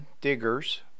Diggers